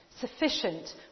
sufficient